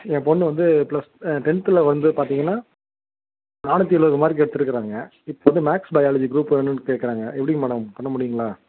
என் பொண்ணு வந்து ப்ளஸ் டென்த்தில் வந்து பார்த்திங்கன்னா நானூற்றி எழுபது மார்க் எடுத்திருக்காங்க இப்போ வந்து மேக்ஸ் பயாலஜி குரூப் வேணுன்னு கேட்கிறாங்க எப்படிங்க மேடம் பண்ண முடியுங்களா